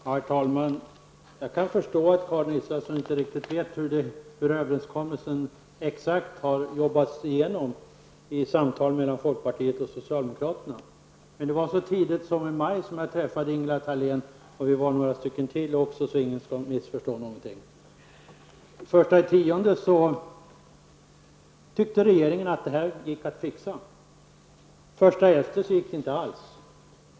Herr talman! Jag kan förstå att Karin Israelsson inte exakt vet hur överenskommelsen har arbetats fram i samtal mellan folkpartiet och socialdemokraterna. Det var så tidigt som i maj som jag träffade Ingela Thalén -- och vi var några stycken till också, för att nu ingen skall missförstå någonting. Den 1 oktober ansåg regeringen att detta gick att ordna. Den 1 november gick det inte alls.